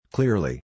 Clearly